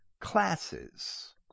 classes